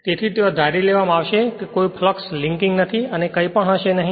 તેથી ત્યાં ધારી લેવામાં આવશે કે અહીં કોઈ ફ્લક્સ લિંકિંગ નથી અને અહીં કંઈપણ હશે નહીં